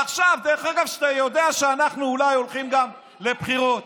עכשיו, כשאתה יודע שאנחנו אולי הולכים גם לבחירות.